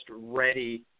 ready